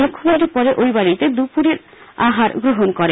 মুখ্যমন্ত্রী পরে এই বাড়িতে দুপুরের আহার গ্রহণ করেন